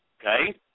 okay